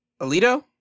Alito